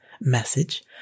message